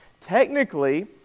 Technically